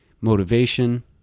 motivation